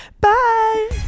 Bye